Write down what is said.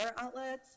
outlets